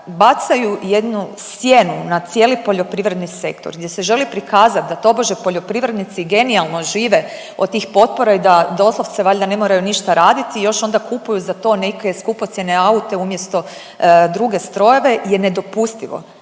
bacaju jednu sjenu na cijeli poljoprivredni sektor gdje se želi prikazat da tobože poljoprivrednici genijalno žive od tih potpora i da doslovce valjda ne moraju ništa raditi i još onda kupuju za to neke skupocjene aute umjesto drugo strojeve je nedopustivo